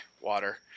water